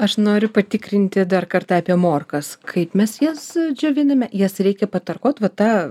aš noriu patikrinti dar kartą apie morkas kaip mes jas džioviname jas reikia patarkuot va tą